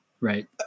right